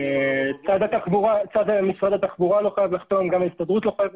צד משרד התחבורה לא חייב לחתום גם ההסתדרות לא חייבת